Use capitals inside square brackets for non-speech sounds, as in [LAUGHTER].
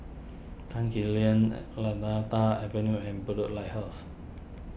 Tan Quee Lan [HESITATION] Lantana Avenue and blue Lighthouse